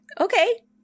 Okay